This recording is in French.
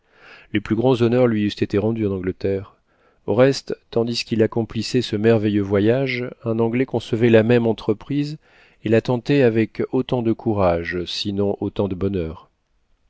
les plus grands honneurs lui eussent été rendus en angleterre au reste tandis qu'il accomplissait ce merveilleux voyage un anglais concevait la même entreprise et la tentait avec autant de courage sinon autant de bonheur